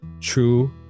True